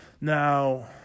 Now